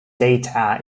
data